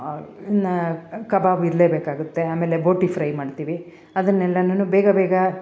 ನಾ ಕಬಾಬು ಇರಲೇ ಬೇಕಾಗುತ್ತೆ ಆಮೇಲೆ ಬೋಟಿ ಫ್ರೈ ಮಾಡ್ತೀವಿ ಅದುನೆಲ್ಲಾನು ಬೇಗ ಬೇಗ